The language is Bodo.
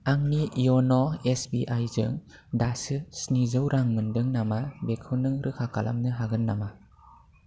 आंनि इउन' एसबिआइ जों दासो स्निजौ रां मोनदों नामा बेखौ नों रोखा खालामनो हागोन नामा